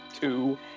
two